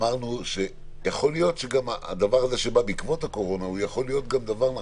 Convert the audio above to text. אמרנו שיכול להיות שהדבר הזה שבא בעקבות הקורונה הוא אולי נכון